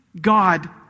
God